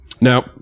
Now